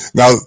now